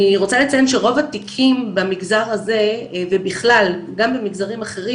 אני רוצה לציין שרוב התיקים במגזר הזה ובכלל גם במגזרים אחרים,